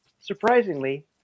Surprisingly